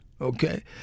Okay